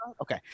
Okay